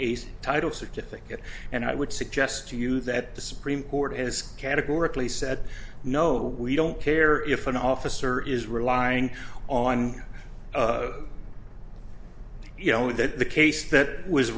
a title certificate and i would suggest to you that the supreme court has categorically said no we don't care if an officer is relying on you know that the case that was